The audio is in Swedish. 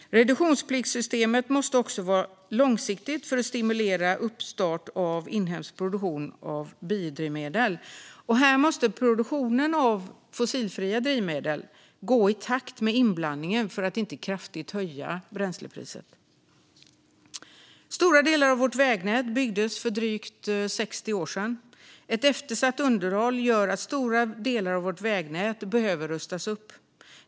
Reduktionspliktssystemet måste också vara långsiktigt för att stimulera uppstart av inhemsk produktion av biodrivmedel. Produktionen av fossilfria drivmedel måste gå i takt med inblandningen för att inte kraftigt höja bränslepriset. Stora delar av vårt vägnät byggdes för drygt 60 år sedan. Ett eftersatt underhåll gör att stora delar av vårt vägnät behöver rustas upp.